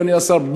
אדוני השר,